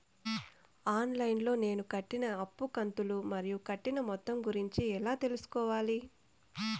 On line లో నేను కట్టిన అప్పు కంతులు మరియు కట్టిన మొత్తం గురించి ఎలా తెలుసుకోవాలి?